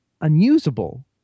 unusable